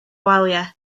waliau